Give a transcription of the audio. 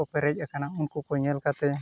ᱠᱚ ᱯᱮᱨᱮᱡ ᱟᱠᱟᱱᱟ ᱩᱱᱠᱩ ᱧᱮᱞ ᱠᱟᱛᱮ